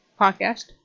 podcast